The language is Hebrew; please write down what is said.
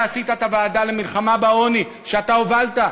אתה עשית את הוועדה למלחמה בעוני, שאתה הובלת.